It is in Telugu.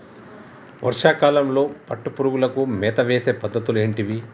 వర్షా కాలంలో పట్టు పురుగులకు మేత వేసే పద్ధతులు ఏంటివి?